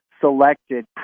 selected